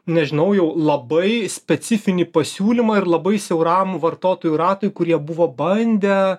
nežinau jau labai specifinį pasiūlymą ir labai siauram vartotojų ratui kurie buvo bandę